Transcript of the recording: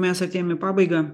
mes artėjam į pabaigą